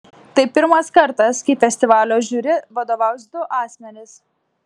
tai pirmas kartas kai festivalio žiuri vadovaus du asmenys